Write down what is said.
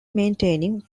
maintaining